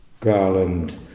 Garland